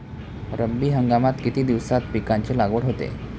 रब्बी हंगामात किती दिवसांत पिकांची लागवड होते?